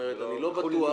אני לא בטוח